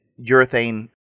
urethane